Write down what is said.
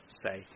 say